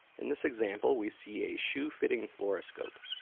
in this example, we see a shoe-fitting fluoroscope.